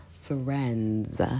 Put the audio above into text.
friends